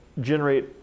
generate